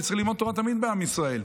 כי צריך ללמוד תורה תמיד בעם ישראל.